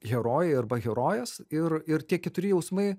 herojai arba herojės ir ir tie keturi jausmai